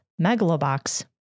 Megalobox